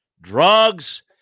drugs